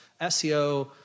SEO